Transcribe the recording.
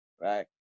Right